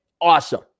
Awesome